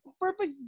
perfect